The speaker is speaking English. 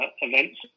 events